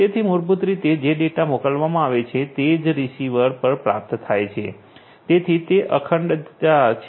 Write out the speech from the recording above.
તેથી મૂળભૂત રીતે જે ડેટા મોકલવામાં આવે છે તે જ રીસીવર પર પ્રાપ્ત થાય છે તેથી તે અખંડિતતા છે